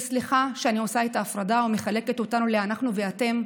וסליחה שאני עושה את ההפרדה ומחלקת אותנו ל"אנחנו" ו"אתם",